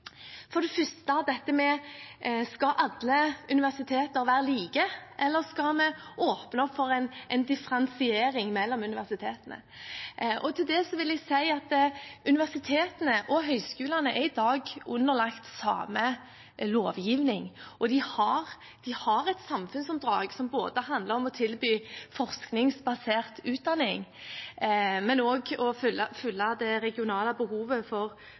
For det første: Skal alle universiteter være like, eller skal vi åpne opp for en differensiering mellom universitetene? Til det vil jeg si at universitetene og høyskolene i dag er underlagt samme lovgivning, og de har et samfunnsoppdrag som handler om både å tilby forskningsbasert utdanning og å fylle det regionale behovet for